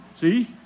See